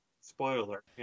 Spoiler